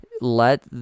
let